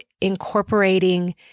incorporating